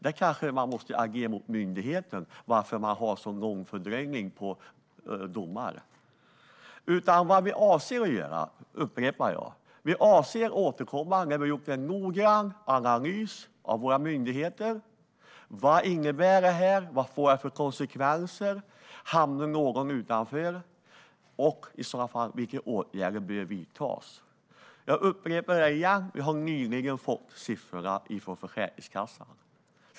Där kanske man måste agera mot myndigheten: Varför har man så lång fördröjning när det gäller domar? Jag upprepar vad vi avser att göra. Vi avser att återkomma när vi har gjort en noggrann analys av våra myndigheter. Vad innebär detta? Vad får det för konsekvenser? Hamnar någon utanför? Och, i sådana fall, vilka åtgärder bör vidtas? Jag upprepar detta: Vi har nyligen fått siffrorna från Försäkringskassan.